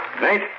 Nate